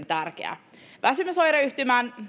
tärkeää niin väsymysoireyhtymään